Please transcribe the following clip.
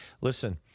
Listen